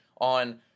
on